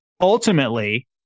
ultimately